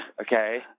Okay